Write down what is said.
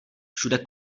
všude